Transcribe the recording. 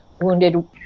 wounded